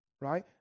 right